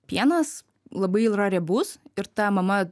pienas labai yra riebus ir ta mama